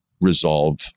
resolve